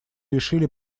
решили